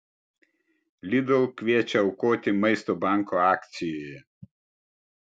lidl kviečia aukoti maisto banko akcijoje